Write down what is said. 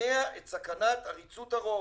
מונע את סכנת עריצות הרוב,